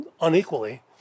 unequally